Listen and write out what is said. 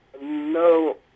no